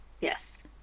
Yes